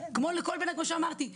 כמו שאמרתי,